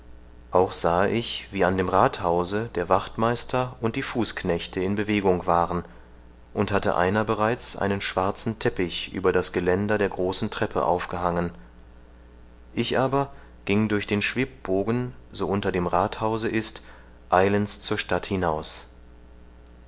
auch sahe ich wie an dem rathhause der wachtmeister und die fußknechte in bewegung waren und hatte einer bereits einen schwarzen teppich über das geländer der großen treppe aufgehangen ich aber ging durch den schwibbogen so unter dem rathause ist eilends zur stadt hinaus